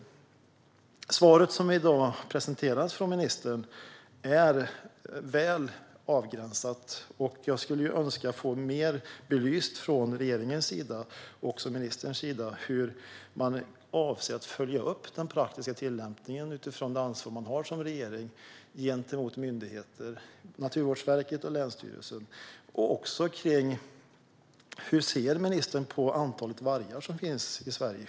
Det svar som i dag presenteras av ministern är väl avgränsat, och jag skulle önska få bättre belyst från regeringens och ministerns sida hur man avser att följa upp den praktiska tillämpningen utifrån det ansvar man som regering har gentemot myndigheter, Naturvårdsverket och länsstyrelserna. Jag undrar också hur ministern ser på antalet vargar i Sverige.